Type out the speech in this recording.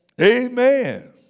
Amen